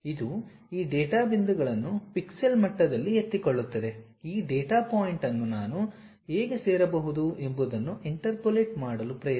ಇದು ಈ ಡೇಟಾ ಬಿಂದುಗಳನ್ನು ಪಿಕ್ಸೆಲ್ ಮಟ್ಟದಲ್ಲಿ ಎತ್ತಿಕೊಳ್ಳುತ್ತದೆ ಈ ಡೇಟಾ ಪಾಯಿಂಟ್ ಅನ್ನು ನಾನು ಹೇಗೆ ಸೇರಬಹುದು ಎಂಬುದನ್ನು ಇಂಟರ್ಪೋಲೇಟ್ ಮಾಡಲು ಪ್ರಯತ್ನಿಸಿ